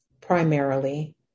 primarily